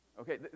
okay